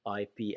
IP